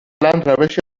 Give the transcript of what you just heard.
روش